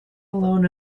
alone